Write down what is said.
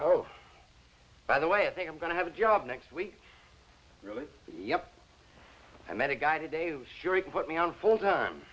oh by the way i think i'm going to have a job next week really yup i met a guy today who surely can put me on full time